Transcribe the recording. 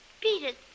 Peter